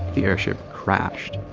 the airship crashed.